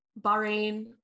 Bahrain